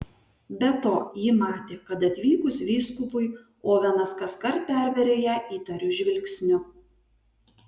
be to ji matė kad atvykus vyskupui ovenas kaskart perveria ją įtariu žvilgsniu